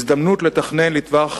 הזדמנות לתכנן לטווח